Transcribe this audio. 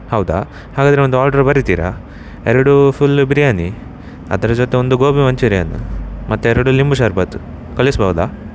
ಹೌದಾ ಹಾಗಾದರೆ ಒಂದು ಆರ್ಡರ್ ಬರಿತೀರಾ ಎರಡು ಫುಲ್ಲ ಬಿರ್ಯಾನಿ ಅದರ ಜೊತೆ ಒಂದು ಗೋಬಿ ಮಂಚೂರಿಯನ ಮತ್ತು ಎರಡು ಲಿಂಬೆ ಶರ್ಬತ್ತು ಕಳಿಸ್ಬೌದಾ